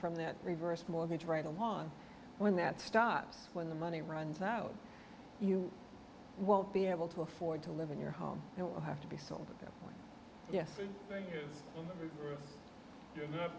from that reverse mortgage right along when that stops when the money runs out you won't be able to afford to live in your home it will have to be sold yes